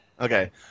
Okay